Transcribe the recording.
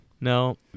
No